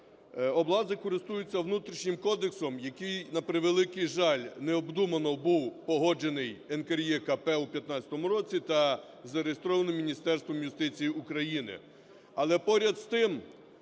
Облгази користуються внутрішнім кодексом, який, на превеликий жаль, необдумано був погоджений НКРЕКП у 2015 році та зареєстрований Міністерством юстиції України.